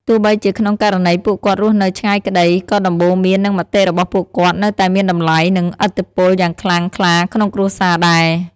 ទោះបីជាក្នុងករណីពួកគាត់រស់នៅឆ្ងាយក្ដី ក៏ដំបូន្មាន និងមតិរបស់ពួកគាត់នៅតែមានតម្លៃ និងឥទ្ធិពលយ៉ាងខ្លាំងខ្លាក្នុងគ្រួសារដែរ។